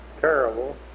terrible